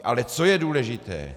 Ale co je důležité.